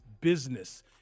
business